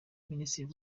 minisitiri